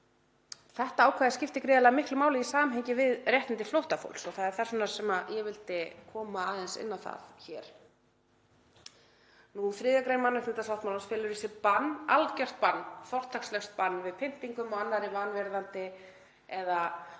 Þetta ákvæði skiptir gríðarlega miklu máli í samhengi við réttindi flóttafólks og það er þess vegna sem ég vildi koma aðeins inn á það. 3. gr. mannréttindasáttmálans felur í sér bann, algert bann, fortakslaust bann, við pyndingum og annarri vanvirðandi eða